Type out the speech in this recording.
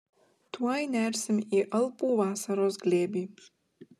tuoj nersim į alpų vasaros glėbį